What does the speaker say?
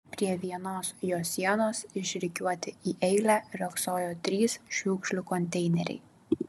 prie vienos jo sienos išrikiuoti į eilę riogsojo trys šiukšlių konteineriai